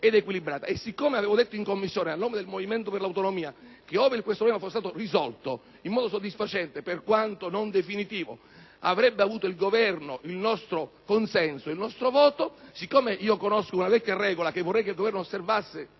Poiché avevo detto in Commissione, a nome del Movimento per le Autonomie, che ove questo problema fosse stato risolto in modo soddisfacente, per quanto non definitivo, il Governo avrebbe avuto il nostro consenso, il nostro voto, richiamandomi alla vecchia regola, che vorrei anche il Governo osservasse